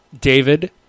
David